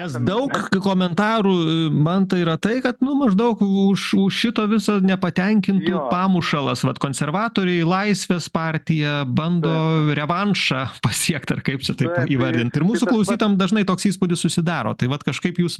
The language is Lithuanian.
nes daug komentarų mantai yra tai kad nu maždaug už už šito viso nepatenkintų pamušalas vat konservatoriai laisvės partija bando revanšą pasiekt ar kaip čia taip įvardint ir mūsų klausytojam dažnai toks įspūdis susidaro tai vat kažkaip jūs